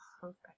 perfect